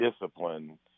discipline